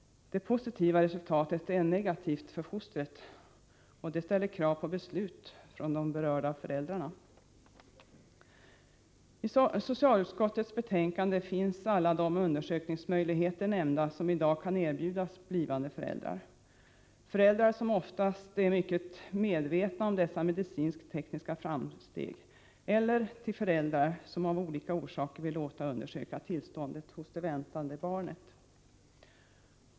Det positiva resultatet är negativt för fostret, och det förhållandet ställer krav på beslut från de berörda föräldrarna. I socialutskottets betänkande finns alla de undersökningsmöjligheter nämnda som i dag kan erbjudas blivande föräldrar. Det är då fråga om föräldrar som oftast är mycket medvetna om dessa medicinsk-tekniska framsteg och som av olika orsaker vill låta undersöka tillståndet hos det väntade barnet.